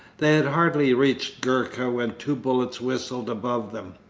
they had hardly reached gurka when two bullets whistled above them.